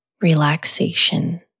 relaxation